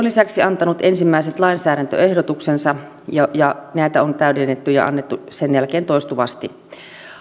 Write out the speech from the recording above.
lisäksi antanut ensimmäiset lainsäädäntöehdotuksensa ja ja näitä on täydennetty ja annettu sen jälkeen toistuvasti